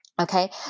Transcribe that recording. Okay